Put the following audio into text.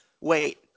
Wait